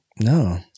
No